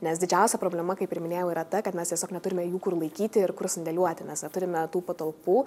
nes didžiausia problema kaip ir minėjau yra ta kad mes tiesiog neturime jų kur laikyti ir kur sandėliuoti mes neturime tų patalpų